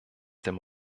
dem